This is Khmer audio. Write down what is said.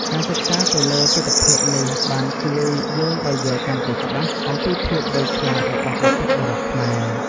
ការសិក្សាទៅលើទិដ្ឋភាពនេះបានជួយយើងឲ្យយល់កាន់តែច្បាស់អំពីភាពវៃឆ្លាតរបស់បុព្វបុរសខ្មែរ។